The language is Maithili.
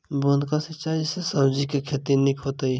बूंद कऽ सिंचाई सँ सब्जी केँ के खेती नीक हेतइ?